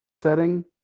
Setting